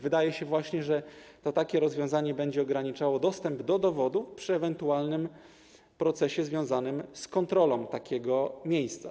Wydaje się właśnie, że takie rozwiązanie będzie ograniczało dostęp do dowodów przy ewentualnym procesie związanym z kontrolą takiego miejsca.